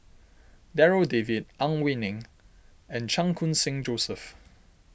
Darryl David Ang Wei Neng and Chan Khun Sing Joseph